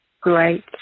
great